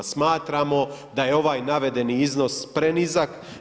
Smatramo da je ovaj navedeni iznos prenizak.